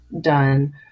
done